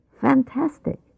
Fantastic